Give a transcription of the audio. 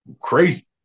crazy